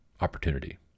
opportunity